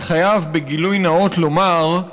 אני חייב בגילוי נאות לומר,